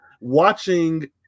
Watching